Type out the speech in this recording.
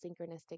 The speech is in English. synchronistic